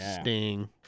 Sting